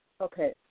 Okay